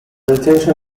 retention